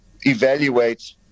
evaluate